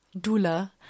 dula